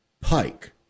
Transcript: Pike